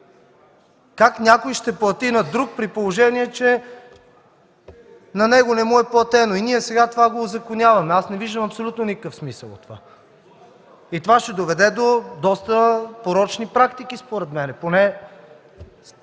Как някой ще плати на друг, при положение че на него не му е платено?! И ние сега това го узаконяваме – аз не виждам абсолютно никакъв смисъл. Това ще доведе до доста порочни практики според мен.